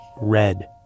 red